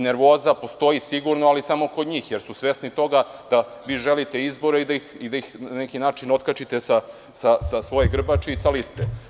Nervoza postoji sigurno, ali samo kod njih, jer su svesni toga da vi želite izbore i da ih na neki način otkačite sa svoje grbače i sa liste.